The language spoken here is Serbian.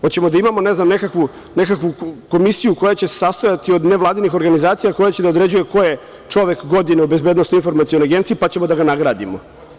Hoćemo da imamo, ne znam, nekakvu komisiju koja će se sastojati od nevladinih organizacija koja će da određuje ko je čovek godine u BIA, pa ćemo da ga nagradimo.